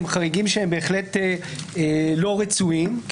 הם חריגים שהם בהחלט לא רצויים,